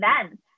events